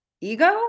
ego